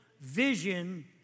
vision